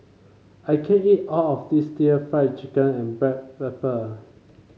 I can't eat all of this Fried Chicken and Black Pepper